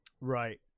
right